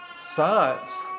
Science